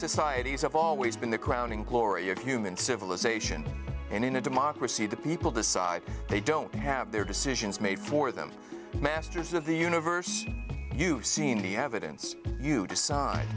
societies have always been the crowning glory of human civilization and in a democracy the people decide they don't have their decisions made for them masters of the universe you've seen the evidence you decide